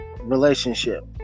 relationship